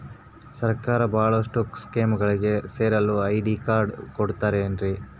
ಸರ್ಕಾರದ ಬಹಳಷ್ಟು ಸ್ಕೇಮುಗಳಿಗೆ ಸೇರಲು ಐ.ಡಿ ಕಾರ್ಡ್ ಕೊಡುತ್ತಾರೇನ್ರಿ?